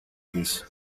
της